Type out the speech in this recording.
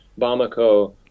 Bamako